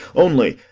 only,